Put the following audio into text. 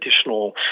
additional